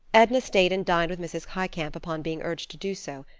edna stayed and dined with mrs. highcamp upon being urged to do so.